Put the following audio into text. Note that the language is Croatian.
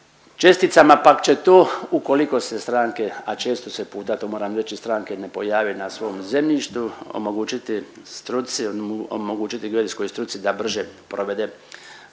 česticama, pa će to ukoliko se stranke, a često se puta to moram reći stranke ne pojave na svom zemljištu omogućiti struci, omogućiti građevinskoj struci da brže provede